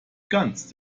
ganz